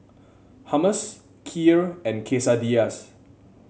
Hummus Kheer and Quesadillas